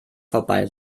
vorbei